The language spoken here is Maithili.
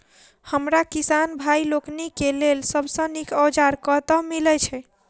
हमरा किसान भाई लोकनि केँ लेल सबसँ नीक औजार कतह मिलै छै?